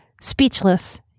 speechless